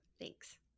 thanks